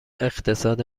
اقتصاد